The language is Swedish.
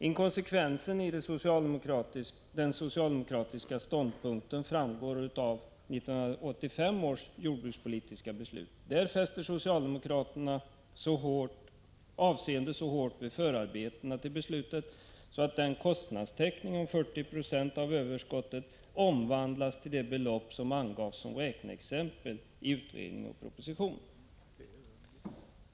Inkonsekvensen i den socialdemokratiska ståndpunkten framgår av 1985 års jordbrukspolitiska beslut. Där fäster socialdemokraterna så stort avseende vid förarbetena till beslutet att kostnadstäckningen om 40 96 av överskottet omvandlas till det belopp som angavs som räkneexempel i utredningen och propositionen.